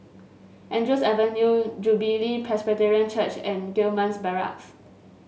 Andrews Avenue Jubilee Presbyterian Church and Gillman's Barracks